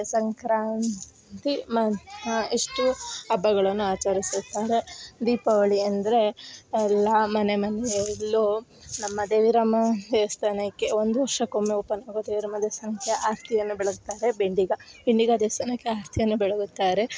ಸಂಕ್ರಾಂತಿ ಮ ಇಷ್ಟು ಹಬ್ಬಗಳನ್ನು ಆಚರಿಸುತ್ತಾರೆ ದೀಪಾವಳಿ ಅಂದರೆ ಎಲ್ಲ ಮನೆ ಮಂದಿ ಎಲ್ಲು ನಮ್ಮ ದೇವಿರಮ್ಮ ದೇವಸ್ಥಾನಕ್ಕೆ ಒಂದು ವರ್ಷಕ್ಕೊಮ್ಮೆ ಓಪನ್ ಆಗೋ ದೇವಿರಮ್ಮ ದೇವಸ್ಥಾನಕ್ಕೆ ಆರತಿಯನ್ನ ಬೆಳಗ್ತಾರೆ ಬೆಂಡಿಗ ಬೆಂಡಿಗ ದೇವಸ್ಥಾನಕ್ಕೆ ಆರತಿಯನ್ನ ಬೆಳಗುತ್ತಾರೆ